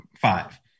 five